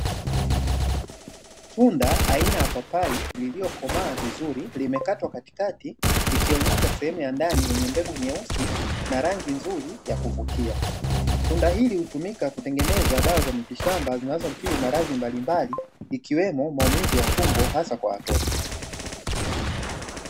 Tunda aina ya papai liliokomaa vizuri, limekatwa katikati likionyesha sehemu ya ndani yenye mbegu nyeusi na rangi nzuri ya kuvutia. Tunda hili hutumika kutengeneza dawa za miti shamba zinazotibu maradhi mbalimbali, ikiwemo maumivu ya tumbo hasa kwa watoto.